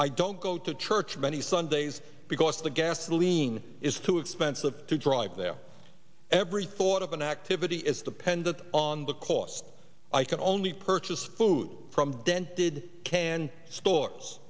i don't go to church many sundays because the gasoline is too expensive to drive there every thought of an activity is dependent on the cost i can only purchase food from dented can stores